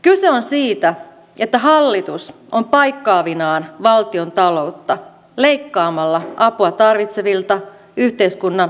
kyse on siitä että hallitus on paikkaavinaan valtiontaloutta leikkaamalla apua tarvitsevilta yhteiskunnan vähäosaisilta